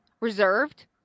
reserved